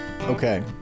Okay